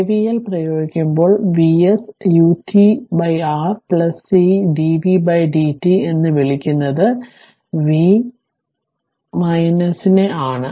KVL പ്രയോഗിക്കുമ്പോൾ Vs utR c dvdt എന്ന് വിളിക്കുന്നത് v നെ ആണ്